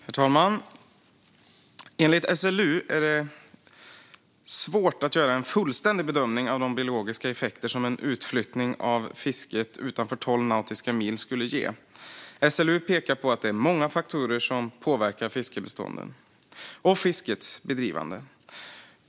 Herr talman! Enligt SLU är det svårt att göra en fullständig bedömning av de biologiska effekter som en utflyttning av fisket utanför tolv nautiska mil skulle ge. SLU pekar på att många faktorer påverkar fiskbestånden och fiskets bedrivande.